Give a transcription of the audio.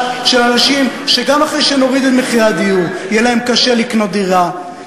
לאנשים שגם אחרי שנוריד את מחירי הדיור יהיה להם קשה לקנות דירה,